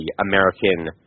American